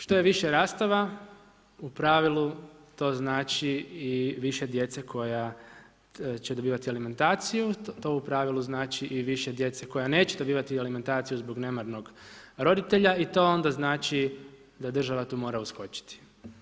Što je više rastava, u pravilu to znači i više djece koja će dobivati alimentaciju, to u pravilu znači i više djece koja neće dobivati alimentaciju zbog nemarnog roditelja i to onda znači da država tu mora uskočiti.